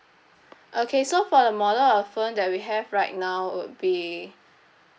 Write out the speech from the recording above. okay so for the model of phone that we have right now would be